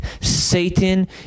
Satan